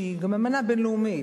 שהיא גם אמנה בין-לאומית,